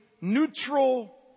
neutral